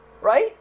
right